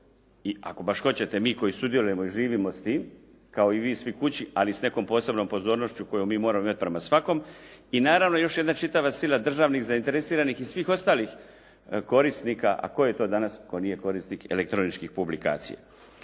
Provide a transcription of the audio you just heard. i ako baš hoćete mi koji sudjelujemo i živimo s tim kao i vi svi kući ali s nekom posebnom pozornošću koju mi moramo imati prema svakome. I naravno još jedna čitava sila državnih zainteresiranih i svih ostalih korisnika. A tko je to danas tko nije korisnik elektroničkih publikacija.